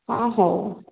ହଁ ହଉ